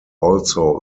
also